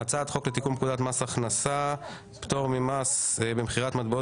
הצעת חוק לתיקון פקודת מס הכנסה (פטור ממס במכירת מטבעות